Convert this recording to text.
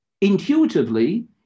Intuitively